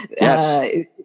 Yes